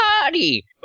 party